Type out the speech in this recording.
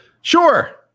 Sure